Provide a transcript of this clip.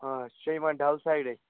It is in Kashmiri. آ یہِ چھا یِوان ڈل سایِڈے